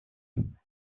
son